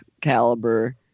caliber